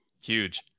Huge